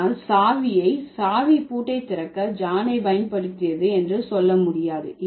ஆனால் சாவியை சாவி பூட்டை திறக்க ஜானை பயன்படுத்தியது என்று சொல்ல முடியாது